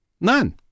None